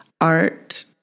art